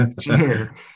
Sure